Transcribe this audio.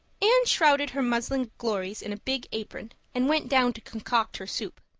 anne shrouded her muslin glories in a big apron and went down to concoct her soup.